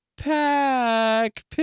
Pack